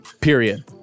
period